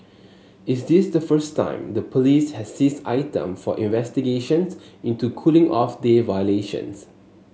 is this the first time the police has seized item for investigations into cooling off day violations